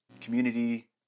community